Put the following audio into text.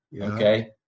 Okay